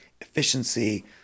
efficiency